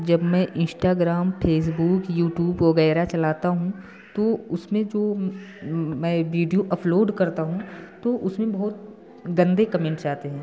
जब मैं Instagram Facebook YouTube वगौरह चलाता हूँ तो उसमें जो मैं विडियो अपलोड करता हूँ तो उसमें बहुत गंदे कमेंट्स आते हैं